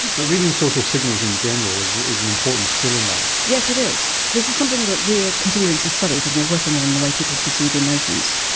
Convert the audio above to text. but reading social signals in general is is an important skill in life. yes, it is, this is something that we are continuing to study because we are working on the way people perceive emotions.